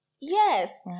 Yes